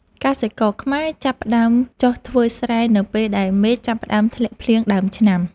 កសិករខ្មែរចាប់ផ្តើមចុះធ្វើស្រែនៅពេលដែលមេឃចាប់ផ្តើមធ្លាក់ភ្លៀងដើមឆ្នាំ។